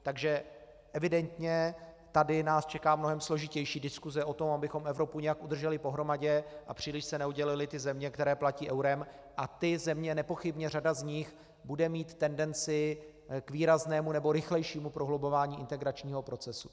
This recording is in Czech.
Takže evidentně tady nás čeká mnohem složitější diskuse o tom, abychom Evropu nějak udrželi pohromadě a příliš se neoddělily ty země, které platí eurem, a ty země nepochybně řada z nich bude mít tendenci k výraznému nebo rychlejšímu prohlubování integračního procesu.